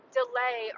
delay